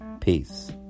peace